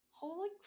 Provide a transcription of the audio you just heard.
holy